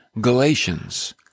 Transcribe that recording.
Galatians